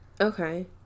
Okay